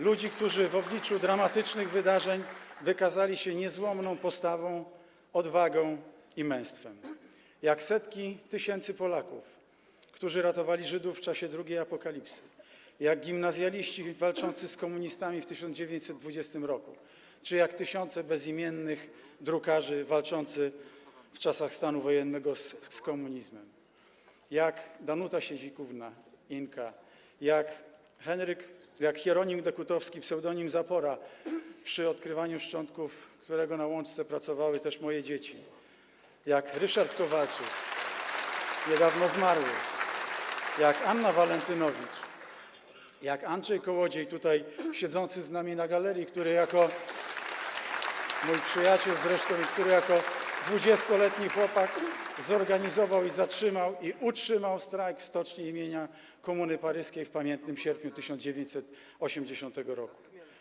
Ludzi, którzy w obliczu dramatycznych wydarzeń wykazali się niezłomną postawą, odwagą i męstwem - jak setki tysięcy Polaków, którzy ratowali Żydów w czasie drugiej apokalipsy, jak gimnazjaliści walczący z komunistami w 1920 r. czy jak tysiące bezimiennych drukarzy walczących w czasach stanu wojennego z komunizmem, jak Danuta Siedzikówna „Inka”, jak Hieronim Dekutowski ps. Zapora, przy odkrywaniu szczątków którego na Łączce pracowały też moje dzieci, jak Ryszard Kowalczyk, niedawno zmarły, jak Anna Walentynowicz, jak Andrzej Kołodziej siedzący tutaj z nami na galerii, mój przyjaciel zresztą, który jako 20-letni chłopak zorganizował i utrzymał strajk w Stoczni im. Komuny Paryskiej w pamiętnym sierpniu 1980 r.